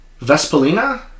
Vespolina